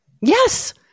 Yes